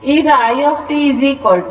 ಈಗ i t 7